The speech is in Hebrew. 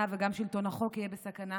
בסכנה וגם שלטון החוק יהיה בסכנה,